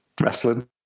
wrestling